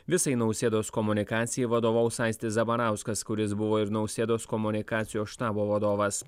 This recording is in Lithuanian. visai nausėdos komunikacijai vadovaus aistis zabarauskas kuris buvo ir nausėdos komunikacijos štabo vadovas